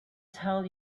tell